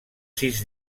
sis